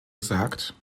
gesagt